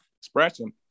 expression